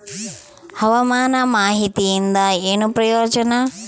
ಹವಾಮಾನ ಮಾಹಿತಿಯಿಂದ ಏನು ಪ್ರಯೋಜನ?